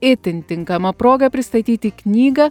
itin tinkama proga pristatyti knygą